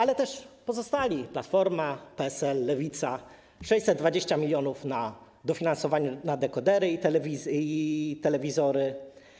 Ale też pozostali: Platforma, PSL, Lewica - 620 mln zł na dofinansowanie na dekodery i telewizory,